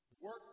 work